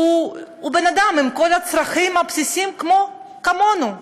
הוא בן-אדם עם כל הצרכים הבסיסיים, כמונו.